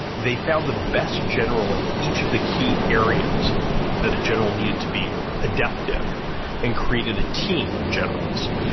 they found the best general in each of the key areas that a general needed to be adept in and created a team of generals,